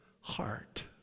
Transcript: heart